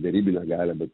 darybinę galią bet